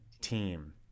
team